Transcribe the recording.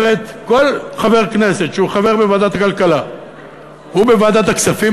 אומרת: כל חבר כנסת שהוא חבר בוועדת הכלכלה ובוועדת הכספים,